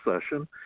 session